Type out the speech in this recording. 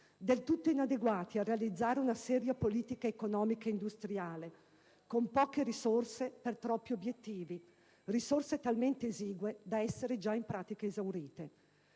del tutto inadeguati a realizzare una seria politica economia e industriale, con poche risorse per troppi obiettivi, risorse talmente esigue da essere già, in pratica, esaurite.